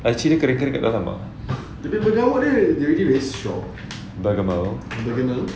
lychee dia kering-kering kat dalam ah bergamot